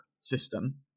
system